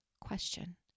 question